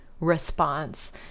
response